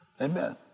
Amen